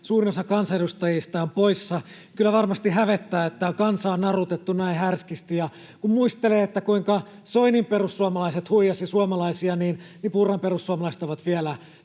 suurin osa kansanedustajista on poissa — kyllä varmasti hävettää, että kansaa on narutettu näin härskisti. Kun muistelee, kuinka Soinin perussuomalaiset huijasivat suomalaisia, niin Purran perussuomalaiset ovat vielä